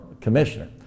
commissioner